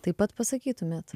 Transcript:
taip pat pasakytumėt